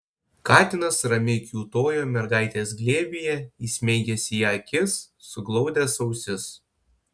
katinas ramiai kiūtojo mergaitės glėbyje įsmeigęs į ją akis suglaudęs ausis